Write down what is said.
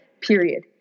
period